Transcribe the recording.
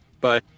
Bye